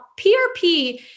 PRP